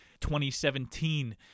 2017